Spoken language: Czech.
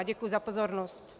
Děkuji za pozornost.